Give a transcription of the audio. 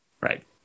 Right